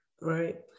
right